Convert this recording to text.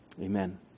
Amen